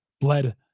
bled